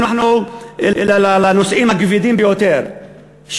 לנושאים הכבדים ביותר,